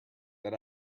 that